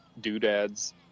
doodads